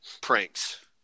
pranks